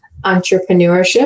entrepreneurship